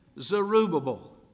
Zerubbabel